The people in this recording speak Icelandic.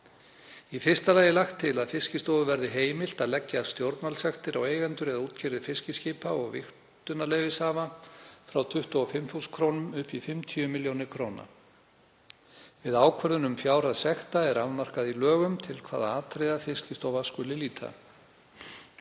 Í fyrsta lagi er lagt til að Fiskistofu verði heimilt að leggja stjórnvaldssektir á eigendur eða útgerðir fiskiskipa og vigtunarleyfishafa frá 25.000 kr. upp í 50 millj. kr. Við ákvörðun um fjárhæð sekta er afmarkað í lögum til hvaða atriða Fiskistofa skuli líta.